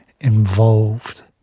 involved